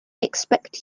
expect